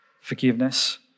forgiveness